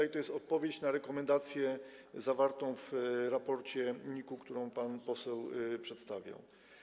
Jest to odpowiedź na rekomendację zawartą w raporcie NIK, którą pani poseł przedstawiła.